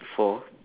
four